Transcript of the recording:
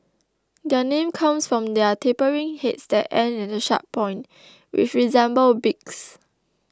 their name comes from their tapering heads that end in a sharp point which resemble beaks